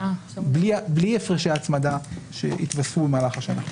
בלי הפרשי הצמדה שהתווספו במהלך השנה.